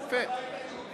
עזבו את הבית היהודי